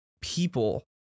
people